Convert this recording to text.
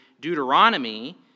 Deuteronomy